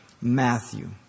Matthew